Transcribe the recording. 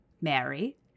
Mary